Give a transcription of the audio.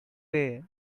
pay